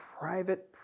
private